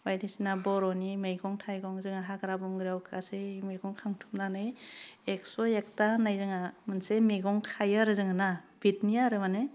बायदिसिना बर'नि मैगं थाइगं जोङो हाग्रा बंग्रायाव गासै मैगं खांथुमनानै एक स' एकथा होन्नाय जोंहा मोनसे मैगं खायो आरो जोङो ना बिथनि आरो माने